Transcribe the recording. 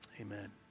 Amen